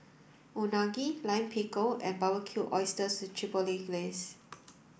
Unagi Lime Pickle and Barbecued Oysters with Chipotle Glaze